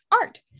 art